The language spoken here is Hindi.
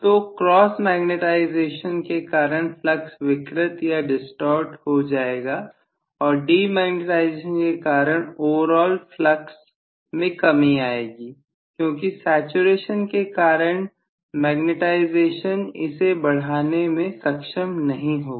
तो क्रॉस मैग्नेटाइजेशन के कारण फ्लक्स विकृत या डिस्टॉर्ट हो जाएगा और डीमैग्नेटाइजेशन के कारण ओवरऑल् फ्लक्स में कमी आएगी क्योंकि सैचुरेशन के कारण मैग्नेटाइजेशन इसे बढ़ाने में सक्षम नहीं होगा